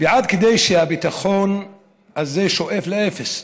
עד כדי כך שהביטחון האישי שואף לאפס.